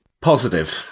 Positive